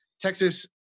texas